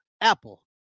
Apple